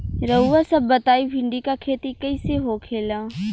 रउआ सभ बताई भिंडी क खेती कईसे होखेला?